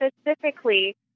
specifically